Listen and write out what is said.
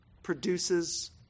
produces